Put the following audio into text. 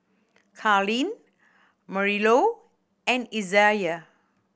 Karlene Marilou and Isaiah